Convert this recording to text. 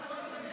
בזה הוא משקר.